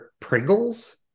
Pringles